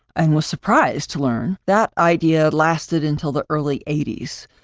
and was surprised to learn, that idea lasted until the early eighty s.